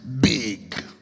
big